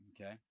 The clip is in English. Okay